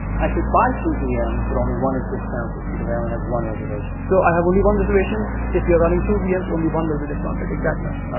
i could buy two vms, but only one is discounted because i only have one reservation. so i have only one reservation. if you're running two vms, only one will be discounted. make sense.